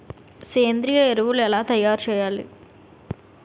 సేంద్రీయ ఎరువులు ఎలా తయారు చేయాలి?